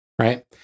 right